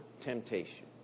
temptation